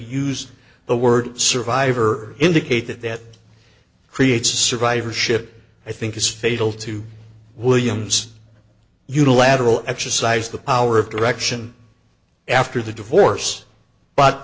use the word survivor indicated that creates survivorship i think is fatal to williams unilateral exercise the power of direction after the divorce but